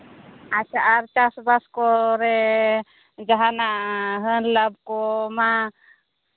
ᱟᱪᱪᱷᱟ ᱟᱨ ᱪᱟᱥᱼᱵᱟᱥ ᱠᱚᱨᱮ ᱡᱟᱦᱟᱱᱟᱜ ᱦᱟᱹᱱ ᱞᱟᱵᱷ ᱠᱚ ᱢᱟ